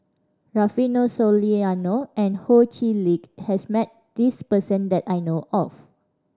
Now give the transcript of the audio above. Rufino Soliano and Ho Chee Lick has met this person that I know of